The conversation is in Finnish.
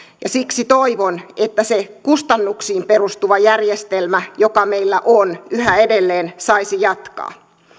siksi toivon että se kustannuksiin perustuva järjestelmä joka meillä on yhä edelleen saisi jatkaa